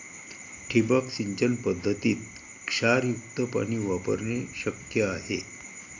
ठिबक सिंचन पद्धतीत क्षारयुक्त पाणी वापरणे शक्य आहे